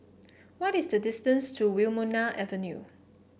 what is the distance to Wilmonar Avenue